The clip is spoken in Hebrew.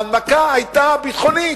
ההנמקה היתה ביטחונית.